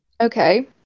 okay